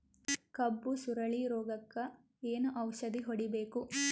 ಕಬ್ಬು ಸುರಳೀರೋಗಕ ಏನು ಔಷಧಿ ಹೋಡಿಬೇಕು?